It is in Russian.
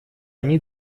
они